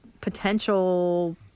potential